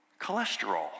cholesterol